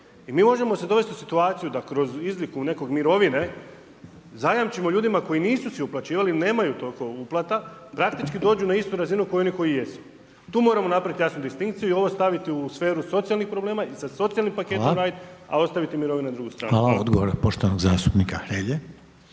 I mi možemo se dovesti u situaciju da kroz izliku neke mirovine zajamčimo ljudima koji nisu si uplaćivali, nemaju toliko uplata praktički dođu na istu razinu kao i oni koji jesu, tu moramo napraviti jasnu distinkciju i ovo staviti u sferu socijalnih problema i sa socijalnim paketom napraviti, a ostaviti mirovine na drugu stranu. Hvala. **Reiner, Željko (HDZ)** Hvala.